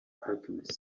alchemist